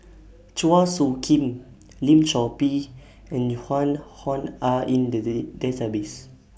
Chua Soo Khim Lim Chor Pee and Joan Hon Are in The Day Database